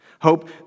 Hope